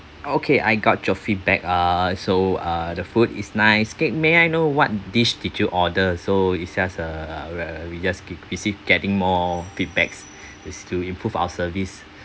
okay I got your feedback uh so uh the food is nice okay may I know what dish did you order so it's just uh we just keep receive getting more feedbacks is to improve our service